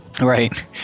Right